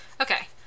Okay